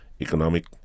economic